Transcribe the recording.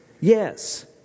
yes